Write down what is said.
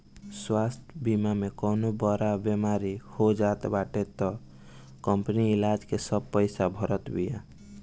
स्वास्थ्य बीमा में कवनो बड़ बेमारी हो जात बाटे तअ कंपनी इलाज के सब पईसा भारत बिया